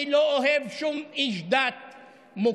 אני לא אוהב לראות שום איש דת מוכה.